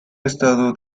estado